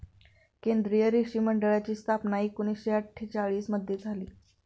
केंद्रीय रेशीम मंडळाची स्थापना एकूणशे अट्ठेचालिश मध्ये झाली